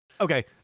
Okay